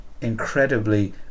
incredibly